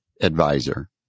advisor